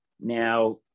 Now